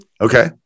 Okay